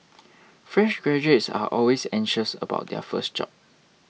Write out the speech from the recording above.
fresh graduates are always anxious about their first job